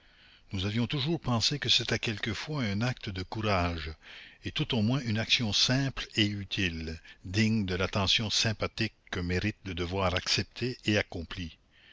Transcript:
nous avions toujours pensé que c'était quelquefois un acte de courage et tout au moins une action simple et utile digne de l'attention sympathique que mérite le devoir accepté et accompli